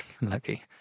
lucky